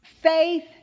Faith